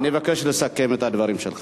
אני מבקש לסכם את הדברים שלך.